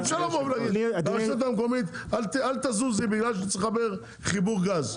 אי אפשר לבוא ולהגיד לרשות המקומית לא לזוז בגלל שצריך לחבר חיבור גז.